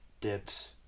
dips